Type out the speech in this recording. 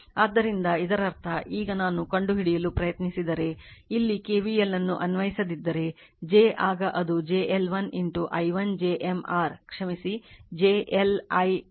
ಆದ್ದರಿಂದ ಇದರರ್ಥ ಈಗ ನಾನು ಕಂಡುಹಿಡಿಯಲು ಪ್ರಯತ್ನಿಸಿದರೆ ಇಲ್ಲಿ KVL ಅನ್ನು ಅನ್ವಯಿಸದಿದ್ದರೆ j ಆಗ ಅದು j L1 i1 j M r ಕ್ಷಮಿಸಿ j l i ಇದು r ವೋಲ್ಟೇಜ್ source ಆಗಿರುತ್ತದೆ